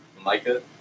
Micah